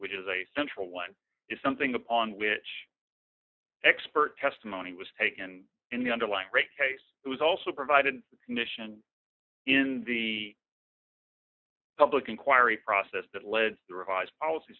which is a central one is something upon which expert testimony was taken in the underlying rate case it was also provided a commission in the public inquiry process that led the revised policy